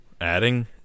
Adding